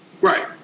Right